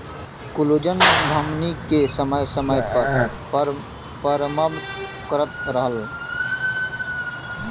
collagen धमनी के समय समय पर मरम्मत करत रहला